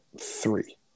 Three